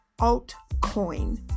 altcoin